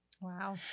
Wow